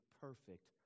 perfect